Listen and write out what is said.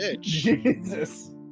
Jesus